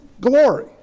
glory